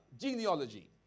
genealogy